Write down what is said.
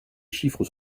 chiffres